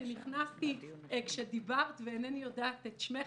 אני נכנסתי כשדיברת ואינני יודעת את שמך,